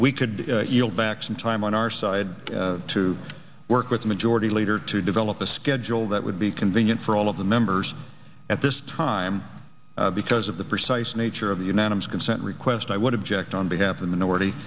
we could yield back some time on our side to work with majority leader to develop a schedule that would be convenient for all of the members at this time because of the precise nature of the unanimous consent request i would have jacked on behalf of the minority